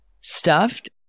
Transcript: stuffed